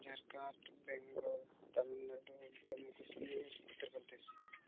Jharkhand Bengal Tamil Nadu Jammu Kashmir Uttar Pradesh